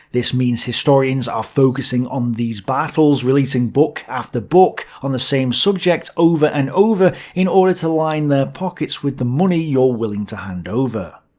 this means historians are focusing on these battles, releasing book after book on the same subject, over and over, in order to line their pockets with the money you're willing to hand over.